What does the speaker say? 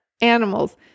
animals